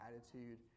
attitude